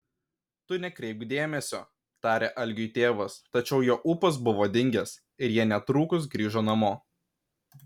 tu nekreipk dėmesio tarė algiui tėvas tačiau jo ūpas buvo dingęs ir jie netrukus grįžo namo